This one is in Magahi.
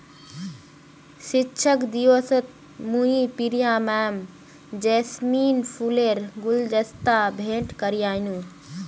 शिक्षक दिवसत मुई प्रिया मैमक जैस्मिन फूलेर गुलदस्ता भेंट करयानू